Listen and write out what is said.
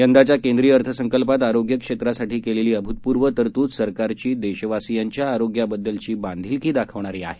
यंदाच्या केंद्रीय अर्थसंकल्पात आरोग्य क्षेत्रासाठी केलेली अभूतपूर्व तरतूद सरकारची देशवासियांच्या आरोग्याबद्दलची बांधिलकी दाखवणारी आहे